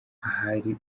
ahari